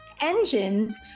engines